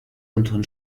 unteren